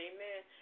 Amen